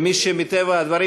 מי מטבע הדברים,